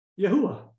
Yahuwah